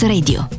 Radio